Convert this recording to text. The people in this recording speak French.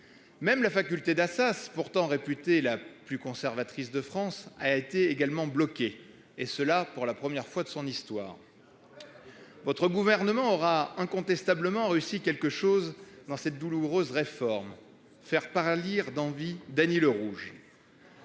Même la faculté d'Assas pourtant réputée la plus conservatrice de France a été également bloqué et cela pour la première fois de son histoire. Votre gouvernement aura incontestablement réussi quelque chose dans cette douloureuse réforme faire par un lire d'envie Dany le.